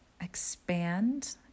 expand